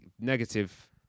negative